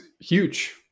huge